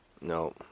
No